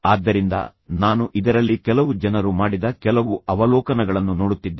ಆದ್ದರಿಂದ ನಾನು ಇದರಲ್ಲಿ ಕೆಲವು ಜನರು ಮಾಡಿದ ಕೆಲವು ಅವಲೋಕನಗಳನ್ನು ನೋಡುತ್ತಿದ್ದೆ